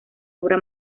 obra